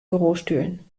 bürostühlen